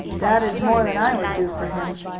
that is more than i would do for him,